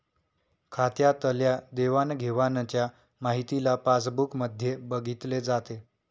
खात्यातल्या देवाणघेवाणच्या माहितीला पासबुक मध्ये बघितले जाते